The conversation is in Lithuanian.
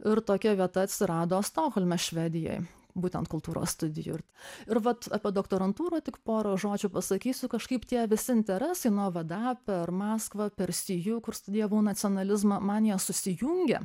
ir tokia vieta atsirado stokholme švedijoj būtent kultūros studijų ir vat apie doktorantūrą tik pora žodžių pasakysiu kažkaip tie visi interesai nuo vda per maskvą per see you kur studijavau nacionalizmą man jie susijungė